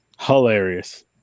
Hilarious